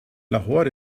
lahore